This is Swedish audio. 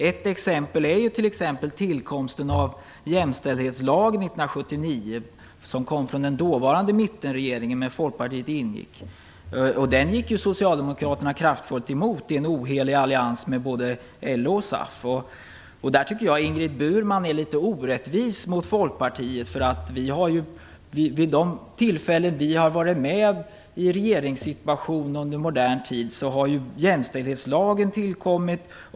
Ett exempel är tillkomsten av jämställdhetslagen 1979, som lades fram av den dåvarande mittenregeringen där Folkpartiet ingick. Den lagen gick ju Socialdemokraterna kraftfullt emot i en ohelig allians med både LO och SAF. Jag tycker att Ingrid Burman är litet orättvis mot oss folkpartister, för vid de tillfällen som vi under modern tid har varit med i en regeringssituation har ju jämställdhetslagen tillkommit.